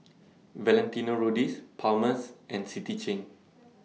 Valentino Rudy's Palmer's and City Chain